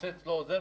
החוצץ לא עוזר,